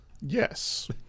Yes